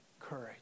courage